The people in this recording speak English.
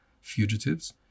fugitives